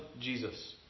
Jesus